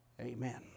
Amen